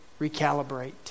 recalibrate